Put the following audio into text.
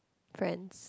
friends